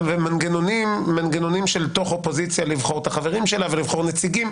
ומנגנונים של תוך אופוזיציה לבחור את החברים שלה ולבחור נציגים.